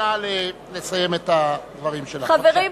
חברים,